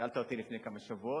שאלת אותי לפני כמה שבועות.